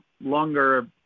longer